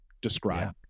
describe